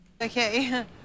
Okay